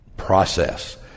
process